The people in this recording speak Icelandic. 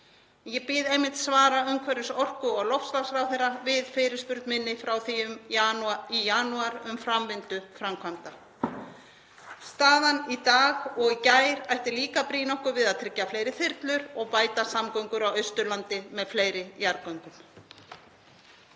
Ég bíð einmitt svara umhverfis-, orku- og loftslagsráðherra við fyrirspurn minni frá því í janúar um framvindu framkvæmda. Staðan í dag og í gær ætti líka að brýna okkur til að tryggja fleiri þyrlur og bæta samgöngur á Austurlandi með fleiri jarðgöngum.